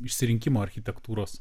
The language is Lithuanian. išsirinkimo architektūros